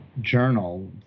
journal